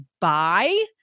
buy